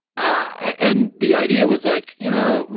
and the idea was like, you know,